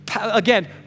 again